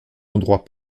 endroit